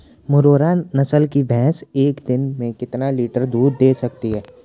मुर्रा नस्ल की भैंस एक दिन में कितना लीटर दूध दें सकती है?